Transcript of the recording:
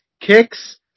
Kicks